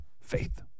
Faith